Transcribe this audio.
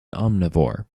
omnivore